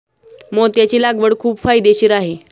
मोत्याची लागवड खूप फायदेशीर आहे